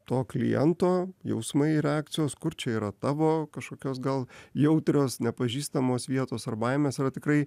to kliento jausmai reakcijos kur čia yra tavo kažkokios gal jautrios nepažįstamos vietos ar baimės yra tikrai